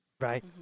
Right